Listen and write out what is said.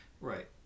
Right